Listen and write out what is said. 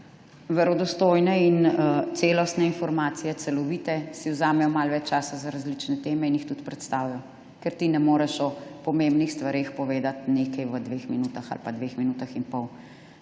verodostojne in celostne informacije, celovite, si vzamejo malo več časa za različne teme in jih tudi predstavijo. Ker ti ne moreš o pomembnih stvareh povedati nekaj v dveh minutah ali pa dveh minutah in pol.